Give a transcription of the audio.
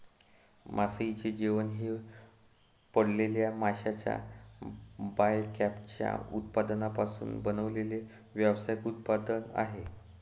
मासळीचे जेवण हे पकडलेल्या माशांच्या बायकॅचच्या उत्पादनांपासून बनवलेले व्यावसायिक उत्पादन आहे